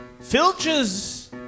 Filcher's